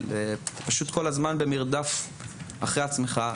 אתה פשוט כל הזמן במרדף אחרי עצמך.